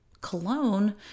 cologne